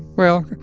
well,